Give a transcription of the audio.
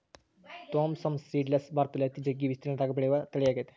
Thompson seedless ಭಾರತದಲ್ಲಿ ಅತಿ ಜಗ್ಗಿ ವಿಸ್ತೀರ್ಣದಗ ಬೆಳೆಯುವ ತಳಿಯಾಗೆತೆ